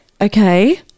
okay